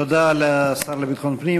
תודה לשר לביטחון פנים.